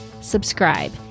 subscribe